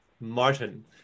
Martin